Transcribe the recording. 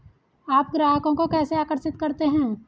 आप ग्राहकों को कैसे आकर्षित करते हैं?